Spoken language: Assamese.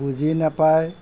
বুজি নাপায়